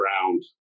ground